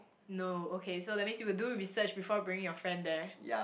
no okay so that means you will do research before bringing your friend there